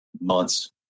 months